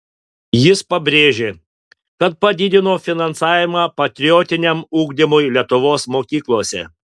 jis pabrėžė kad padidino finansavimą patriotiniam ugdymui lietuvos mokyklose